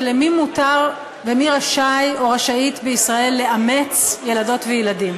למי מותר ומי רשאי או רשאית בישראל לאמץ ילדות וילדים.